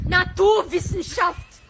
Naturwissenschaft